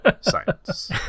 science